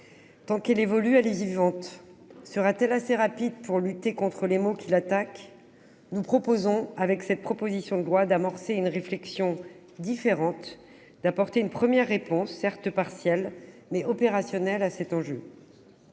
Tant qu'elle évolue, elle est vivante. Sera-t-elle assez rapide pour lutter contre les maux qui l'attaquent ? Nous proposons, avec cette proposition de loi, d'amorcer une réflexion différente et d'apporter une première réponse, certes partielle, mais opérationnelle, à cet enjeu.